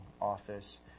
Office